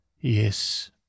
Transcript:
Yes